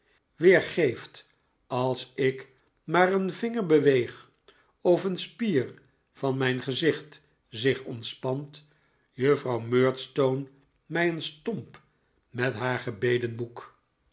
weer geeft als ik maar een vinger beweeg of een spier van mijn gezicht zich ontspant juffrouw murdstone mij een stomp met haar